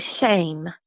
shame